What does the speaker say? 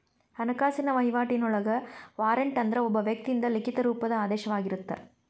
ಹಣಕಾಸಿನ ವಹಿವಾಟಿನೊಳಗ ವಾರಂಟ್ ಅಂದ್ರ ಒಬ್ಬ ವ್ಯಕ್ತಿಯಿಂದ ಲಿಖಿತ ರೂಪದ ಆದೇಶವಾಗಿರತ್ತ